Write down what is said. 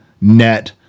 net